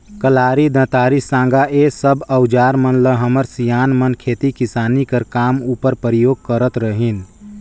कलारी, दँतारी, साँगा ए सब अउजार मन ल हमर सियान मन खेती किसानी कर काम उपर परियोग करत रहिन